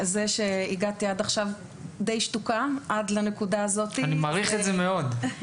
זה שהגעתי עד עכשיו שתוקה עד לנקודה הזאת --- אני מעריך את זה מאוד.